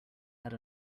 had